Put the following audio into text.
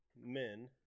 men